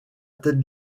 tête